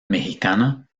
mexicana